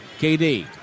KD